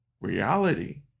reality